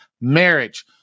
marriage